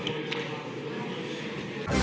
Hvala